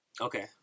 Okay